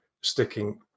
sticking